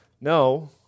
No